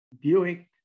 Buick